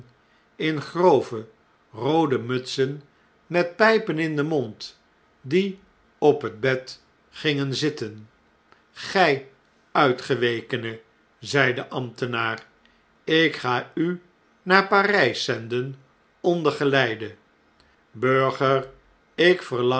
in grove roode mutsen met pijpen in den mond die op het bed gingen zitten gjj uitgewekene zeide ambtenaar ikga u naar p a r jj s zenden onder geleide burger ik